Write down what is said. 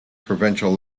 provincial